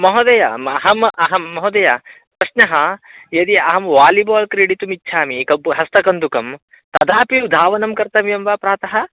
महोदय अहम् अहं महोदय प्रश्नः यदि अहं वालिबोल् क्रीडितुम् इच्छामि पु हस्त कन्दुकं तदापि धावनं कर्तव्यं वा प्रातः